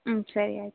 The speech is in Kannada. ಹ್ಞೂ ಸರಿ ಆಯಿತು